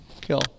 kill